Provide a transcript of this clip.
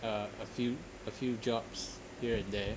uh a few a few jobs here and there